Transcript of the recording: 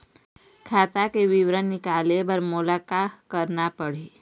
खाता के विवरण निकाले बर मोला का करना पड़ही?